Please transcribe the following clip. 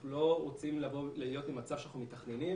אנחנו לא רוצים להיות במצב שאנחנו מתכננים,